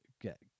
get